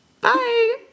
Bye